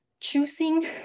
choosing